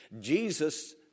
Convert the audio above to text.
Jesus